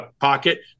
pocket